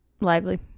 Lively